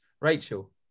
Rachel